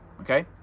okay